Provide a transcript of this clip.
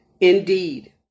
Indeed